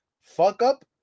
fuck-up